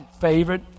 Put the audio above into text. favorite